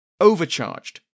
overcharged